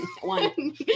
One